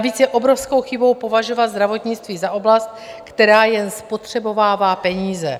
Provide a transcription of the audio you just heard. Navíc je obrovskou chybou považovat zdravotnictví za oblast, která jen spotřebovává peníze.